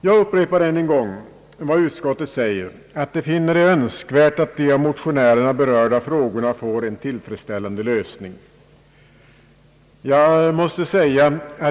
Jag upprepar än en gång vad utskottet anför, att man finner det önskvärt att de av motionärerna berörda frågorna får en tillfredsställande lösning.